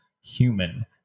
Human